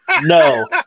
No